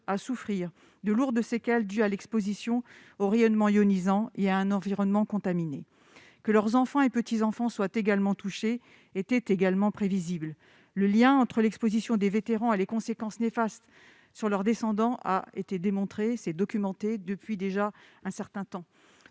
à souffrir de lourdes séquelles dues à l'exposition aux rayonnements ionisants et à un environnement contaminé. Que leurs enfants et petits-enfants soient également touchés était également prévisible. Le lien entre l'exposition des vétérans et les conséquences néfastes sur leurs descendants a été démontré, et il est documenté depuis déjà un certain temps.